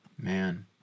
man